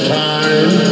time